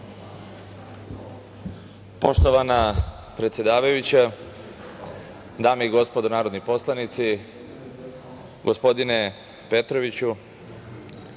Poštovana predsedavajuća, dame i gospodo narodni poslanici, gospodine Petroviću,